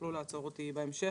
ותוכלו לעצור אותי בהמשך.